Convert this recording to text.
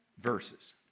verses